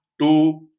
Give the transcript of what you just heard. two